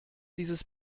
dieses